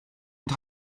und